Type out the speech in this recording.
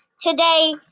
today